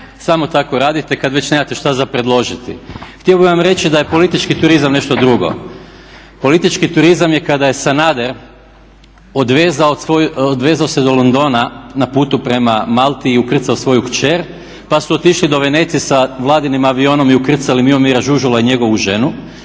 Samo tako radite kada već nemate šta za predložiti. Htio bih vam reći da je politički turizam nešto drugo. Politički turizam je kada je Sanader odvezao se do Londona na putu prema Malti i ukrcao svoju kćer pa su otišli do Venecije s Vladinim avionom i ukrcali Miomira Žužula i njegovu ženu,